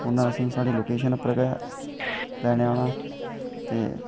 उन्ने असें गी साढ़े लोकेशन पर गै लैने गी औना ते